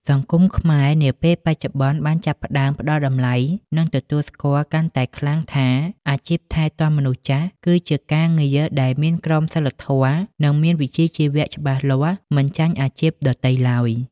សង្គមខ្មែរនាពេលបច្ចុប្បន្នបានចាប់ផ្តើមផ្តល់តម្លៃ និងទទួលស្គាល់កាន់តែខ្លាំងថា អាជីពថែទាំមនុស្សចាស់គឺជាការងារដែលមានក្រមសីលធម៌ និងមានវិជ្ជាជីវៈច្បាស់លាស់មិនចាញ់អាជីពដទៃឡើយ។